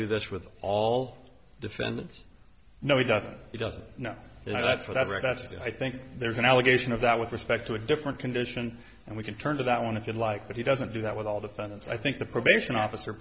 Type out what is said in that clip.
do this with all defendants no he doesn't he doesn't know that's what i've read that's i think there's an allegation of that with respect to a different condition and we can turn to that one if you'd like but he doesn't do that with all defendants i think the probation officer